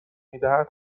میدهد